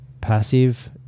passive